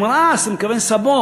הוא אמר: אה, אתה מתכוון סבון.